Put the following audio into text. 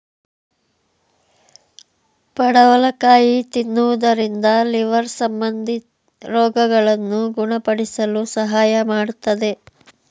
ಪಡವಲಕಾಯಿ ತಿನ್ನುವುದರಿಂದ ಲಿವರ್ ಸಂಬಂಧಿ ರೋಗಗಳನ್ನು ಗುಣಪಡಿಸಲು ಸಹಾಯ ಮಾಡತ್ತದೆ